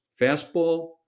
fastball